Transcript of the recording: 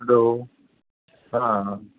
hello हा